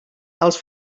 als